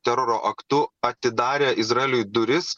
teroro aktu atidarę izraeliui duris